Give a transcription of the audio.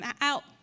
out